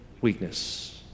weakness